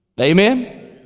Amen